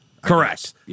Correct